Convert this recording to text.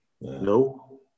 No